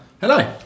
Hello